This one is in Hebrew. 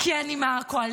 כי אני מהקואליציה,